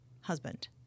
husband